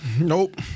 Nope